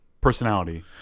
personality